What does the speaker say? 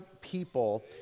people